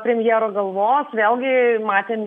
premjero galvos vėlgi matėm